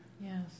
Yes